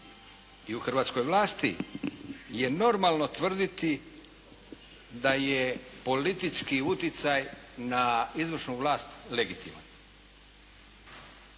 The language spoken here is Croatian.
i u hrvatskoj vlasti je normalno tvrditi da je politički utjecaj na izvršnu vlasat legitiman